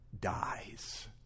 dies